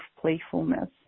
playfulness